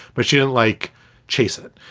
but she didn't like chase it.